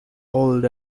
old